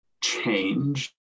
change